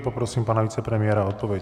Poprosím pana vicepremiéra o odpověď.